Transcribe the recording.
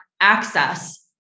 access